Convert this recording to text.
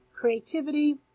creativity